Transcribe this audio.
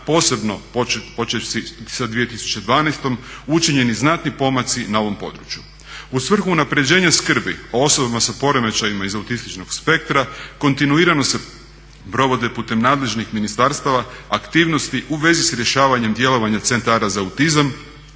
posebno počevši sa 2012. učinjeni znatni pomaci na ovom području. U svrhu unapređenja skrbi o osobama sa poremećajima iz autističnog spektra kontinuirano se provode putem nadležnih ministarstava aktivnosti u vezi sa rješavanjem djelovanja centara za autizam